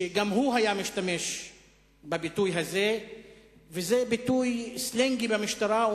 שגם הוא היה משתמש בביטוי הזה וזה ביטוי סלנגי במשטרה.